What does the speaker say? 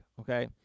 Okay